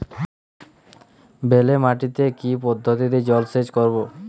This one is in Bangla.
বেলে মাটিতে কি পদ্ধতিতে জলসেচ করব?